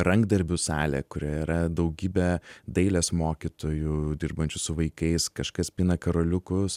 rankdarbių salė kurioje yra daugybė dailės mokytojų dirbančių su vaikais kažkas pina karoliukus